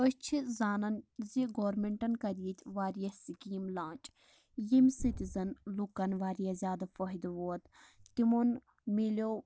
أسۍ چھِ زانان زِ گارمنٹَن کَرِ ییٚتہِ واریاہ سِکیٖم لانچ ییٚمہِ سۭتۍ زن لُکَن واریاہ زیادٕ فایِدٕ ووت تِمن میلیو